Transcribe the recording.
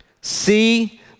see